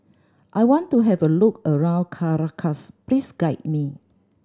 I want to have a look around Caracas please guide me